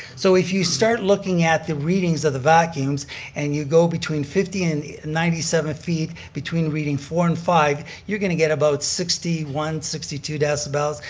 so if you start looking at the readings of the vacuums and you go between fifty and ninety seven feet between reading four and five, you're going to get about sixty one, sixty two decibels.